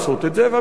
והמשטרה צריכה,